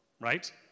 right